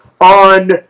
on